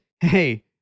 hey